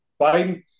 Biden